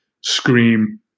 scream